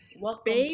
welcome